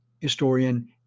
historian